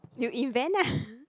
you invent lah